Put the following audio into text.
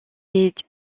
est